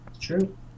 True